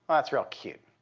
that's real cute.